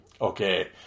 okay